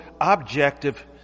objective